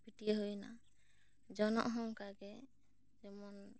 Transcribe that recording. ᱯᱟᱹᱴᱤᱭᱟᱹ ᱦᱩᱭ ᱮᱱᱟ ᱡᱚᱱᱚᱜ ᱦᱚᱸ ᱚᱱᱠᱟ ᱜᱮ ᱡᱮᱢᱚᱱ